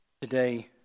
Today